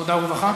עבודה ורווחה?